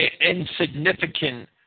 insignificant